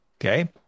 Okay